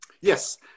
Yes